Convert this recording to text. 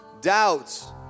doubts